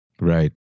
Right